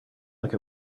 like